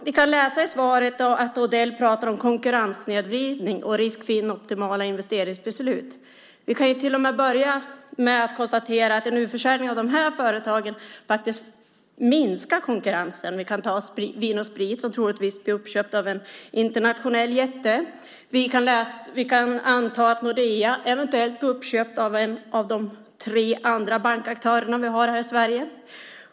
Vi kan läsa i svaret att Odell pratar om risk för konkurrenssnedvridning och inoptimala investeringsbeslut. Vi kan till att börja med konstatera att en utförsäljning av de här företagen faktiskt minskar konkurrensen. Till exempel blir Vin & Sprit troligen uppköpt av en internationell jätte. Vi kan anta att Nordea eventuellt blir uppköpt av de tre andra bankaktörerna som vi har här i Sverige.